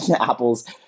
Apple's